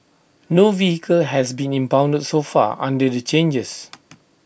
no vehicle has been impounded so far under the changes